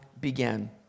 began